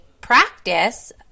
practice